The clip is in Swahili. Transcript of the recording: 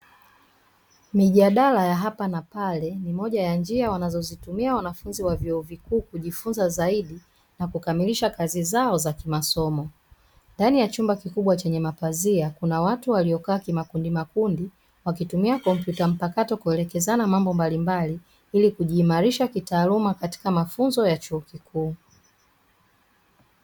Mijadala ya hapa na pale ni moja ya njia wanazozitumia wanafunzi wa vyuo vikuu kujifunza zaidi na kukamilisha kazi za kimasomo. Ndani ya chumba kikubwa chenye mapazia kuna watu waliokaa kimakundi makundi wakitumia kompyuta mpakato kuelekezana mambo mbalimbali ili kujiimarisha kitaalumu katika mafunzo ya chuo kikuu.